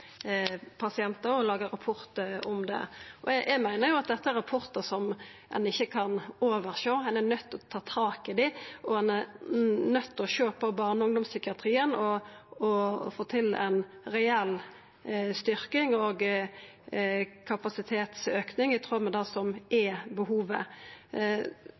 pasientar og laga rapport om det. Eg meiner at dette er rapportar som ein ikkje kan oversjå. Ein er nøydd til å ta tak i dei, og ein er nøydd til å sjå på barne- og ungdomspsykiatrien og få til ei reell styrking og ein kapasitetsauke i tråd med det som er behovet.